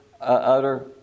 utter